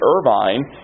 Irvine